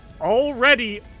already